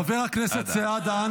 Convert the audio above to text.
חבר הכנסת סעדה,